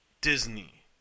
Disney